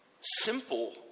simple